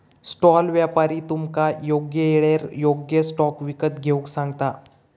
stall व्यापारी तुमका योग्य येळेर योग्य स्टॉक विकत घेऊक सांगता